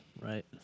Right